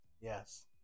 Yes